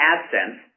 AdSense